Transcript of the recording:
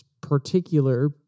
particular